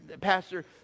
pastor